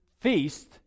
feast